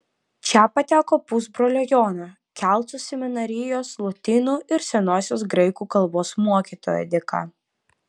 čia pateko pusbrolio jono kelcų seminarijos lotynų ir senosios graikų kalbos mokytojo dėka